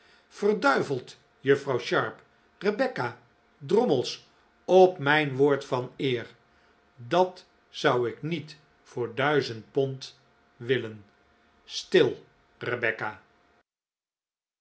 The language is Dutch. juffrouw sharp rebecca drommels op mijn woord van eer dat zou ik niet voor duizend pond willen stil